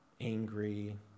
angry